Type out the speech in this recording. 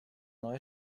neue